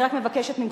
אני רק מבקשת ממך,